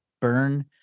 Burn